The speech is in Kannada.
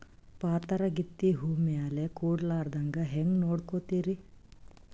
ಪಾತರಗಿತ್ತಿ ಹೂ ಮ್ಯಾಲ ಕೂಡಲಾರ್ದಂಗ ಹೇಂಗ ನೋಡಕೋತಿರಿ?